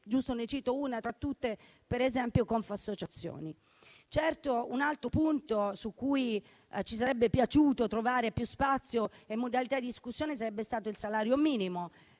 citarne una tra tutte, Confassociazioni. Certo, un altro punto su cui ci sarebbe piaciuto trovare più spazio e modalità di discussione sarebbe stato il salario minimo.